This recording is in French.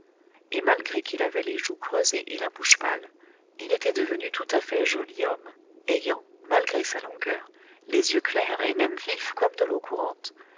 et malgré qu'il avait les joues creusées et la bouche pâle il était devenu tout à fait joli homme ayant malgré sa langueur les yeux clairs et même vifs comme de l'eau courante